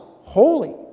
holy